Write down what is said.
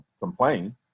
complain